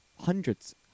hundreds